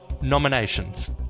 nominations